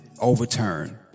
overturned